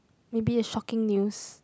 maybe a shocking news